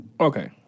Okay